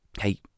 hey